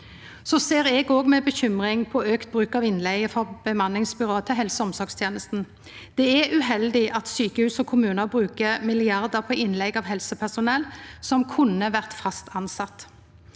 Eg ser med bekymring på auka bruk av innleige frå bemanningsbyrå til helse- og omsorgstenesta. Det er uheldig at sjukehus og kommunar bruker milliardar på innleige av helsepersonell som kunne vore fast tilsett.